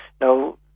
Now